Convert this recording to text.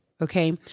Okay